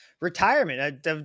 retirement